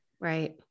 Right